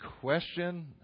question